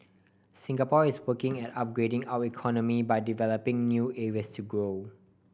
Singapore is working at upgrading our economy by developing new areas to grow